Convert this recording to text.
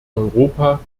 europa